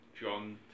John